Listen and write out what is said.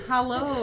Hello